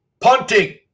punting